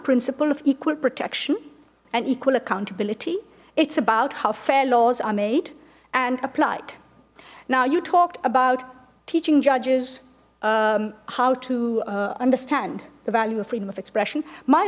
principle of equal protection and equal accountability it's about how fair laws are made and applied now you talked about teaching judges how to understand the value of freedom of expression my